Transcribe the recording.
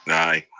aye.